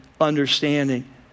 understanding